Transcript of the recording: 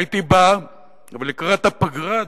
הייתי בא ולקראת הפגרה,